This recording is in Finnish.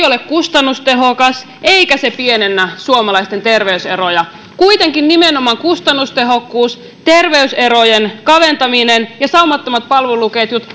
ole kustannustehokas eikä pienennä suomalaisten terveyseroja kuitenkin nimenomaan kustannustehokkuus ter veyserojen kaventaminen ja saumattomat palveluketjut